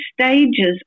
stages